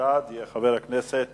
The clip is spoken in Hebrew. יהיה חבר הכנסת